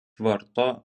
vardo